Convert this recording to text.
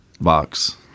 box